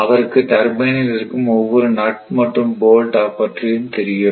அவருக்கு டர்பனில் இருக்கும் ஒவ்வொரு நட் மற்றும் போல்ட் பற்றியும் தெரியும்